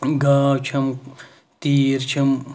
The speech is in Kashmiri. گاو چھَم تیٖر چھِم